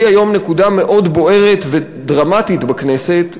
שהיא היום נקודה מאוד בוערת ודרמטית בכנסת,